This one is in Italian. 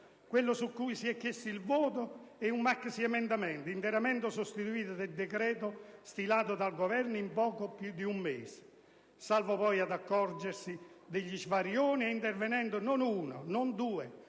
quello su cui ci è chiesto il voto è un maxiemendamento interamente sostitutivo del provvedimento stilato dal Governo in poco meno di un mese. Salvo poi accorgersi degli svarioni e intervenendo non una, non due